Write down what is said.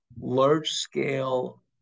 large-scale